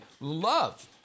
love